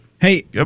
Hey